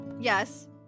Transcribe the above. yes